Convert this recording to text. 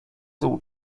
tyłu